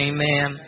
Amen